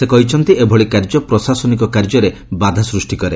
ସେ କହିଛନ୍ତି ଏଭଳି କାର୍ଯ୍ୟ ପ୍ରଶାସନିକ କାର୍ଯ୍ୟରେ ବାଧା ସୃଷ୍ଟି କରେ